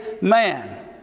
man